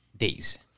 Days